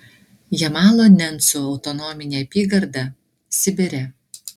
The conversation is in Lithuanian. jamalo nencų autonominė apygarda sibire